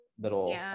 little